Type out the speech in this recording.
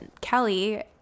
Kelly